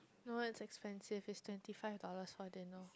no it's expensive it's twenty five dollars for dinner